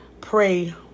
pray